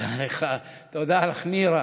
תודה לך, תודה לך, נירה.